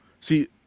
see